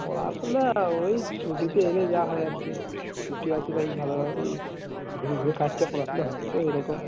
ও আসলে ওই ছুটিতে এলে যা হয় আর কি ছুটি আছে তাই ভালোভাবে এই ঘুরে ঘুরে কাটছে পড়াশোনা হচ্ছে ওইরকম